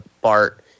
Bart